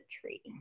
tree